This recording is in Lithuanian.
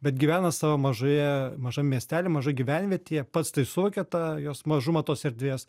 bet gyvena savo mažoje mažam miestely mažoj gyvenvietėje pats tai suvokia tą jos mažumą tos erdvės